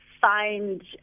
find